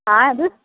आएँ बीस